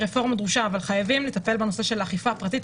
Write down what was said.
רפורמה דרושה אבל חייבים לטפל בנושא של האכיפה הפרטית,